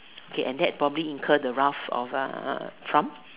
okay and that probably incurred the wrath of the Trump